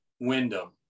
Wyndham